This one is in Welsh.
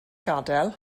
gadael